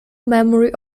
memory